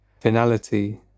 finality